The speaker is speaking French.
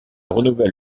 renouvelle